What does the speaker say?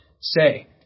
say